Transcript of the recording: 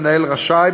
המנהל רשאי,